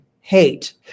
hate